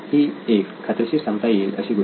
ही एक खात्रीशीर सांगता येईल अशी गोष्ट आहे